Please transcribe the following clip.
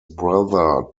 brother